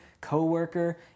co-worker